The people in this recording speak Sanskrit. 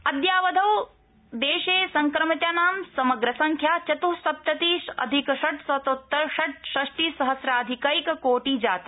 अद्यावधि देशे संक्रमितानां समग्र संख्या चत्स्सप्ति अधिक षड् शतोत्तर षड्षष्टि सहस्राधिकैक कोटि जाता